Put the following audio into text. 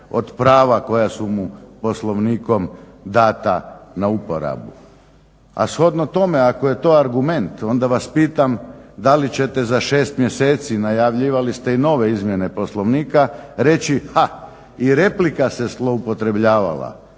od prava koja su mu Poslovnikom dana na uporabu. A shodno tome, ako je to argument onda vas pitam da li ćete za 6 mjeseci, najavljivali ste i nove izmjene Poslovnika reći, ha i replika se zloupotrebljavala,